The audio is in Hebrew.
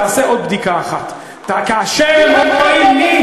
תעשה עוד בדיקה אחת, היא הנותנת.